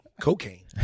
cocaine